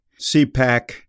CPAC